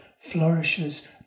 flourishes